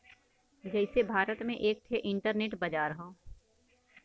जइसे भारत में एक ठे इन्टरनेट बाजार हौ